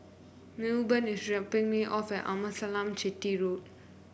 Milburn is dropping me off at Amasalam Chetty Road